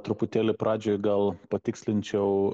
truputėlį pradžioj gal patikslinčiau